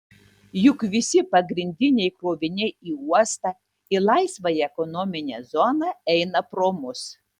juk visi pagrindiniai kroviniai į uostą į laisvąją ekonominę zoną eina pro mus